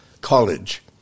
college